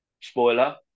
Spoiler